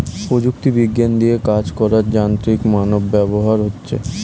প্রযুক্তি বিজ্ঞান দিয়ে কাজ করার যান্ত্রিক মানব ব্যবহার হচ্ছে